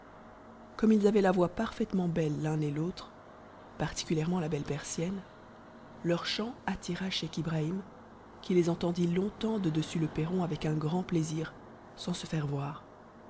comme ils avaient la voix parfaitement belle l'un et l'autre particu rement la belle persienne leur chant attira scheich ibrahim qui les entendit longtemps de dessus le perron avec un grand plaisir sans se fa voir